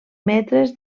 metres